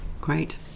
great